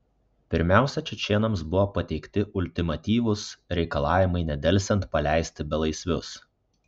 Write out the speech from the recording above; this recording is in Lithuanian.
pirmiausia čečėnams buvo pateikti ultimatyvūs reikalavimai nedelsiant paleisti belaisvius